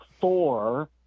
four